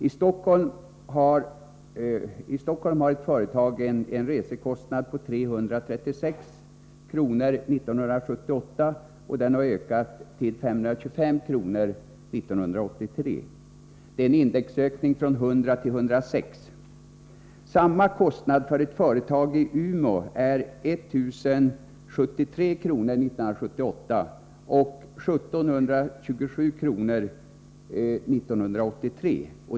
I Stockholm hade ett företag en resekostnad på 336 kr. 1978. Denna kostnad hade ökat till 525 kr. 1983. Det är en indexökning från 100 till 106. Motsvarande kostnad för ett företag i Umeå var 1 073 kr. 1978 och 1 727 kr. 1983.